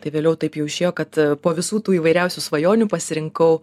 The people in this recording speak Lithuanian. tai vėliau taip jau išėjo kad po visų tų įvairiausių svajonių pasirinkau